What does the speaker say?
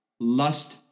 Lust